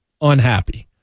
unhappy